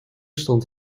stond